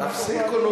תפסיקו,